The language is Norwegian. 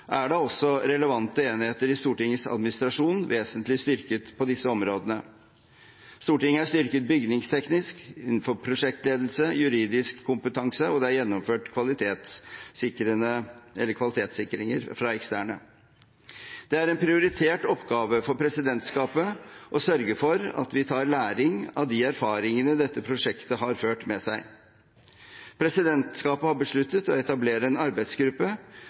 er da også relevante enheter i Stortingets administrasjon vesentlig styrket på disse områdene. Stortinget er styrket bygningsteknisk og innenfor prosjektledelse og juridisk kompetanse, og det er gjennomført kvalitetssikring fra eksterne. Det er en prioritert oppgave for presidentskapet å sørge for at vi tar lærdom av de erfaringene dette prosjektet har ført med seg. Presidentskapet har besluttet å etablere en arbeidsgruppe